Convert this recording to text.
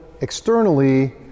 externally